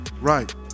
Right